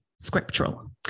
scriptural